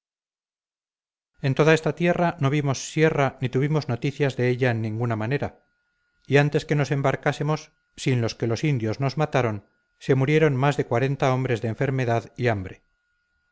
en toda esta tierra no vimos sierra ni tuvimos noticias de ella en ninguna manera y antes que nos embarcásemos sin los que los indios nos mataron se murieron más de cuarenta hombres de enfermedad y hambre